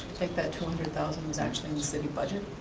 think that two hundred thousand was actually in the city budget,